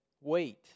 Wait